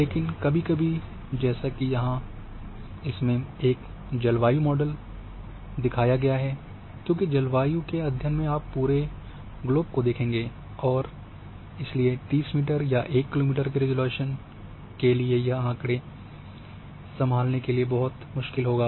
लेकिन कभी कभी जैसा की यहां इस में एक जलवायु मॉडल में दिखाया गया है क्योंकि जलवायु के अध्ययन में आप हैं पूरे ग्लोब को देखेंगे और इसलिए 30 मीटर या 1 किलोमीटर के रिज़ॉल्यूशन के लिए यह आँकड़े संभालने के लिए बहुत मुश्किल होगा